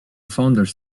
founders